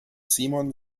simon